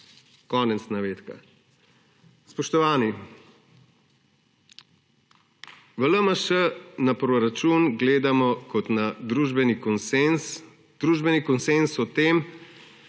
Konec navedka. Spoštovani, v LMŠ na proračun gledamo kot na družbeni konsenz, družbeni konsenz o tem,